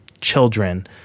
children